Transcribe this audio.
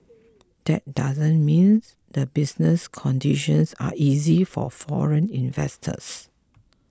that doesn't means the business conditions are easy for foreign investors